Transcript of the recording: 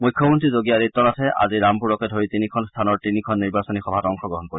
মুখ্যমন্ত্ৰী যোগী আদিত্যনাথে আজি ৰামপুৰকে ধৰি তিনিখন স্থানৰ তিনিখন নিৰ্বাচনী সভাত অংশগ্ৰহণ কৰিব